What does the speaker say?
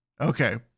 Okay